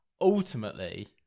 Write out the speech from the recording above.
Ultimately